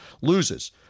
loses